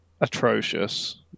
atrocious